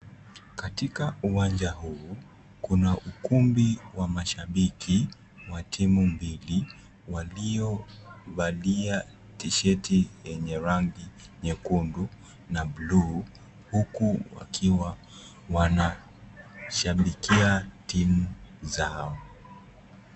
Katika uwanja huu kuna ukumbi wa mashabiki wa timu mbili waliovalia tisheti yenye rangi nyekundu na blue huku wakiwa wana shabikia timu zao.